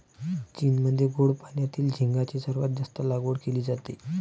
चीनमध्ये गोड पाण्यातील झिगाची सर्वात जास्त लागवड केली जाते